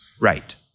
right